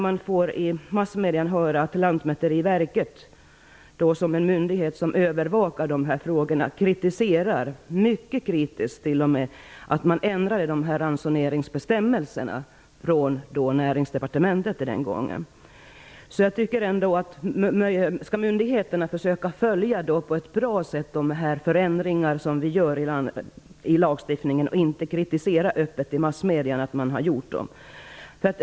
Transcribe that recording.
Man får i massmedierna höra att Lantmäteriverket, som är den myndighet som övervakar dessa frågor, t.o.m. är mycket kritiskt till att man från Näringsdepartementet ändrade dessa ransoneringsbestämmelser. Jag tycker att myndigheterna skall försöka följa de ändringar som vi gör i lagstiftningen och inte i massmedierna öppet kritisera att de har gjorts.